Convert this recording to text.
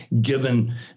given